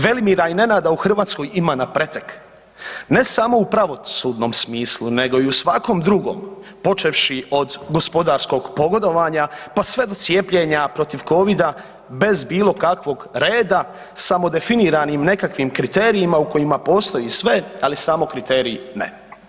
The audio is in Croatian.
Velimira i Nenada u Hrvatskoj ima na pretek ne samo u pravosudnom smislu nego i u svakom drugom počevši od gospodarskog pogodovanja pa sve do cijepljenja protiv Covida bez bilo kakvog reda samo definiranim nekakvim kriterijima u kojima postoji sve ali samo kriteriji ne.